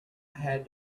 had